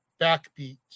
Backbeat